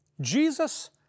Jesus